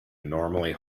normally